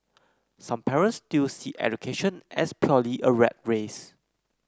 some parents still see education as purely a rat race